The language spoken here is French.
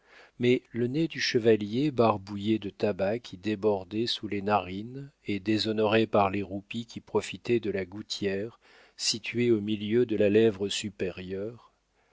mais le nez du chevalier barbouillé de tabac qui débordait sous les narines et déshonoré par les roupies qui profitaient de la gouttière située au milieu de la lèvre supérieure